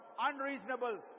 unreasonable